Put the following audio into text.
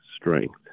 strength